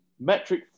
metric